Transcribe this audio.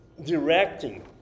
directing